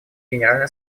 генеральной